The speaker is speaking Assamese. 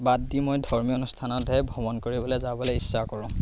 বাদ দি মই ধৰ্মীয় অনুষ্ঠানতহে ভ্ৰমণ কৰিবলৈ যাবলৈ ইচ্ছা কৰোঁ